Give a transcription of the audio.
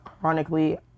chronically